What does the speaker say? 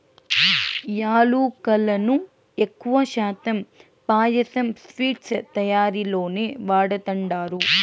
యాలుకలను ఎక్కువ శాతం పాయసం, స్వీట్స్ తయారీలోనే వాడతండారు